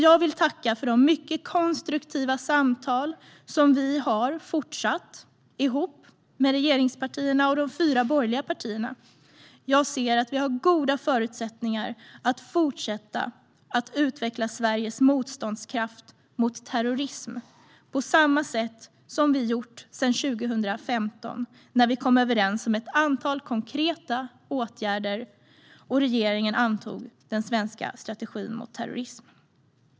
Jag vill tacka för de mycket konstruktiva samtal som regeringspartierna fortsätter att ha ihop med de fyra borgerliga partierna. Jag ser att vi har goda förutsättningar att fortsätta utveckla Sveriges motståndskraft mot terrorism, på samma sätt som vi gjort sedan 2015, då vi kom överens om ett antal konkreta åtgärder och regeringen antog den svenska strategin mot terrorism.